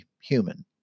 human